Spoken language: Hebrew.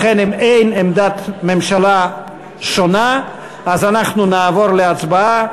לכן אם אין עמדת ממשלה שונה, אנחנו נעבור להצבעה.